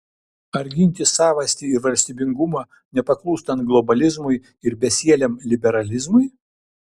ar ginti savastį ir valstybingumą nepaklūstant globalizmui ir besieliam liberalizmui